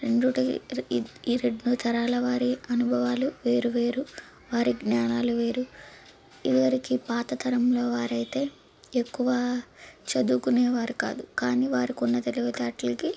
రెండింటికి ఈ రెండు తరాల వారి అనుభవాలు వేరు వేరు వారి జ్ఞానాలు వేరు ఇదివరికి పాత తరం వారయితే ఎక్కువ చదువుకునేవారు కాదు కానీ వారికున్న తెలివితేటలకి